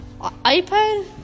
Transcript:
ipad